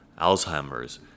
Alzheimer's